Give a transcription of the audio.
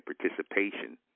participation